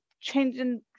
changing